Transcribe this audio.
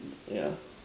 yeah